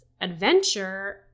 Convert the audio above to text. adventure